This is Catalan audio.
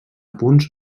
punts